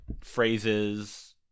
Phrases